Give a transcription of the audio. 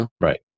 Right